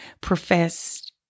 professed